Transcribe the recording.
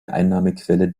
einnahmequelle